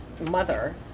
mother